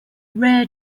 rare